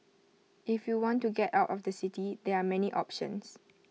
if you want to get out of the city there are many options